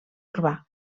urbà